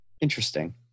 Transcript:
interesting